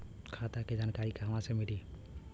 खाता के जानकारी कहवा से मिली?